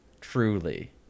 Truly